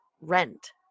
rent